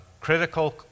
critical